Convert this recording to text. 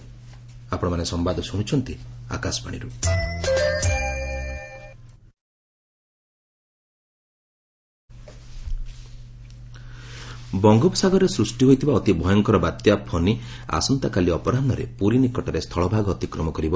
cyclone Fani ବଙ୍ଗୋପସାଗରରେ ସୃଷ୍ଟି ହୋଇଥିବା ଅତି ଭୟଙ୍କର ବାତ୍ୟା 'ଫନୀ' ଆସନ୍ତାକାଲି ଅପରାହ୍ନରେ ପୁରୀ ନିକଟରେ ସ୍ଥଳଭାଗ ଅତିକ୍ରମ କରିବ